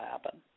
happen